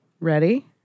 Ready